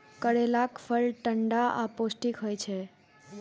करैलाक फल ठंढा आ पौष्टिक होइ छै